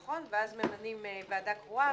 ואז ממנים ועדה קרואה.